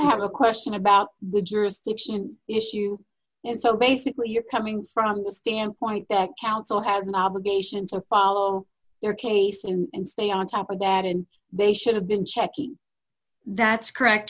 have a question about the jurisdiction issue and so basically you're coming from the standpoint that counsel has an obligation to follow their case and stay on top of that and they should have been checking that's correct